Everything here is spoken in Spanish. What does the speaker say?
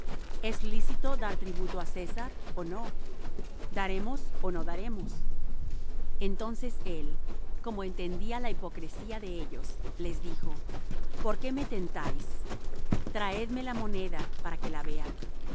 es lícito dar tributo á césar ó no daremos ó no daremos entonces él como entendía la hipocresía de ellos les dijo por qué me tentáis traedme la moneda para que la vea